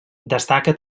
destaca